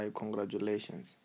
congratulations